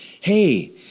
Hey